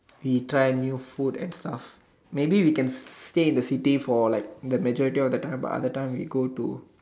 he try a new food and stuff maybe we can stay in the city for like majority of the time but other time we go to